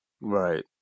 Right